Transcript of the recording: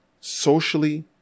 Socially